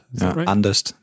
Anders